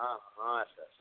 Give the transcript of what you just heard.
ହଁ ହଁ ହଁ ଆସ ଆସ